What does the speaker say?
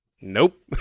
Nope